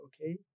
okay